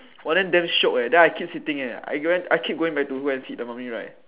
!wah! then damn shiok eh then I keep sitting eh I keep going back to go and sit the mummy ride